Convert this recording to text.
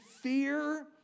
fear